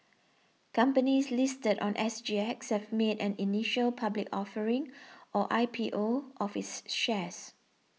companies listed on S G X have made an initial public offering or I P O of its shares